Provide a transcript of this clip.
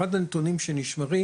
אחד הנתונים שנשמרים